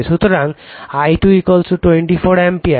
সুতরাং I2 24 ampere